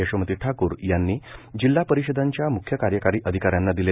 यशोमती ठाकूर यांनी जिल्हा परिषदांच्या मूख्य कार्यकारी अधिकाऱ्यांना दिले